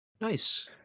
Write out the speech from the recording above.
Nice